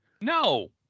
No